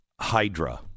hydra